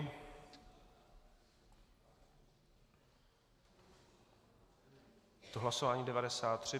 Je to hlasování 93.